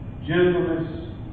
gentleness